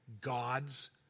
God's